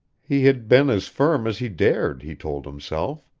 he had been as firm as he dared, he told himself.